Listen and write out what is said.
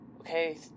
Okay